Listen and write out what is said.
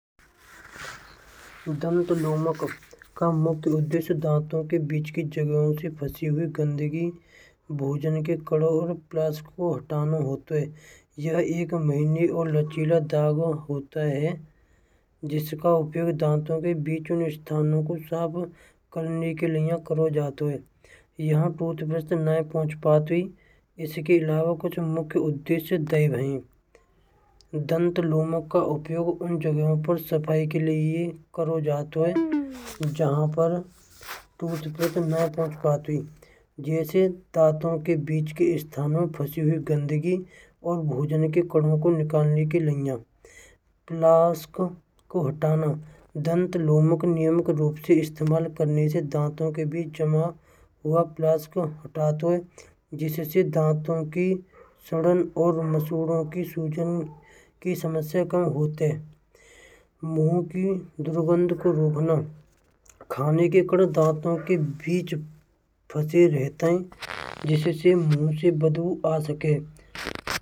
दांत नमक का मुख्य उद्देश्य दांतों के बीच की जगहों से फंसी हुई गंदगी भोजन के करोण प्लस को हटाना होते हैं। एक महीने और लचीला धागा होता है के बीच में स्थानों को सब करने के लिए करो जाते हैं। यहाँ टूथब्रश्ट नहीं पहुँच पाती इसके अलावा कुछ मुख्य उद्देश्य दे रहे। दंतमंजन का उपयोग सफाई के लिए करो जातो ह जहाँ पर जैसे दांतों के बीच के स्थानों फंसी हुई गंदगी और भोजन के कदमों को निकालने के लिए मास्क को हटेनों। दंत लोक नियमित रूप से इस्तेमाल करने से दांतों के बीच जमा हुआ प्लास को हटा दो जिससे दांतों की सड़न और मसूड़ों की सूजन की समस्या कम होते हैं। मुंह की दुर्गंध को रोकना दांतों के बीच फंसे रहता है जिससे मुँह से बदबू आ सके।